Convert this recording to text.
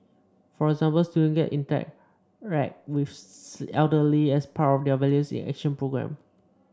for example students get interact with the elderly as part of their Values in Action programme